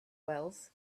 wells